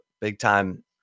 big-time